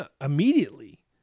immediately